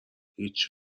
هیچی